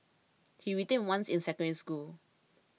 he retained once in Secondary School